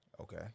Okay